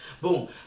boom